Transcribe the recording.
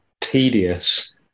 tedious